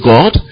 God